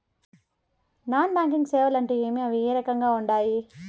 non banking సేవలు అంటే ఏమి అవి ఏ రకంగా ఉండాయి